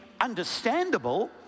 understandable